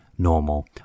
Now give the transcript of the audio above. normal